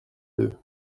deux